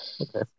Okay